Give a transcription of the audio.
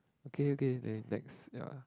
okay okay okay next ya